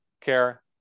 care